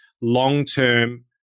long-term